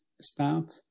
start